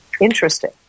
Interesting